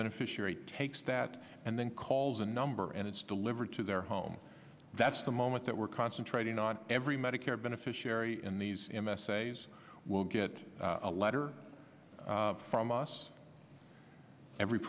beneficiary takes that and then calls a number and it's delivered to their home that's the moment that we're concentrating on every medicare beneficiary in these m s a as will get a letter from us every